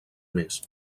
més